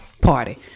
Party